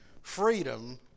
freedom